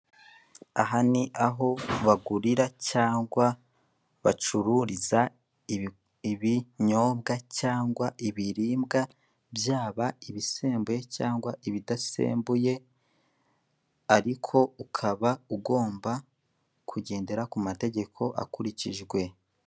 Aha ni aho bagurira cyangwa bacururiza ibinyobwa cyangwa ibiribwa byaba ibisembuye cyangwa ibidasembuye ariko ukaba ugomba kugendera ku mategeko akurikijwe.